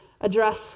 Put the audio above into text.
address